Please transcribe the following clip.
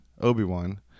Obi-Wan